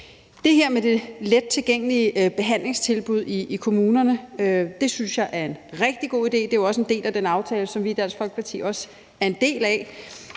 Det her med det lettilgængelige behandlingstilbud i kommunerne synes jeg er en rigtig god idé. Det er jo også en del af den aftale, som vi i Dansk Folkeparti er en del af.